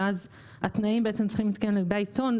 ואז התנאים צריכים להתקיים לגבי העיתון,